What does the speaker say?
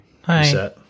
Hi